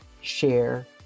share